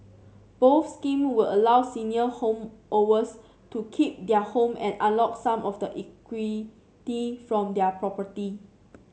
both scheme would allow senior to keep their home and unlock some of the equity from their property